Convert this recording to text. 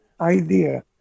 idea